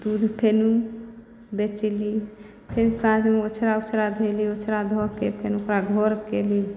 तऽ दूध फेन बेचली फेन साँझमे ओछरा उछरा भेलै ओछरा धऽ कऽ फेन ओकरा घर कएली